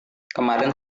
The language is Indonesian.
kemarin